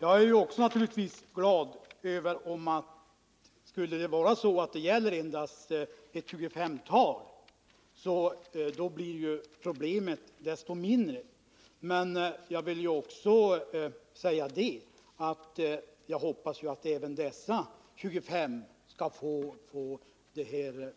Herr talman! Jag är naturligtvis också glad om det skulle vara så att det gäller endast ett tjugofemtal arbetare, för då blir ju problemet desto mindre. Men jag hoppas att även dessa 25 skall kunna fortsätta